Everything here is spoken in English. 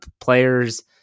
players